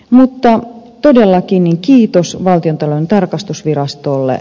mutta todellakin kiitos valtiontalouden tarkastusvirastolle